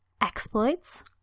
exploits